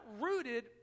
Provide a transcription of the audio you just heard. rooted